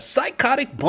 Psychotic